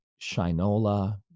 Shinola